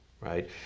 right